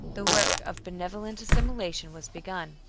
the work of benevolent assimilation was begun.